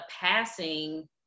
passing